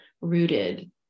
rooted